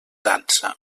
dansa